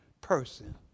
person